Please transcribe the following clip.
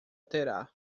terá